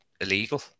illegal